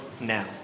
now